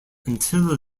until